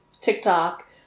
TikTok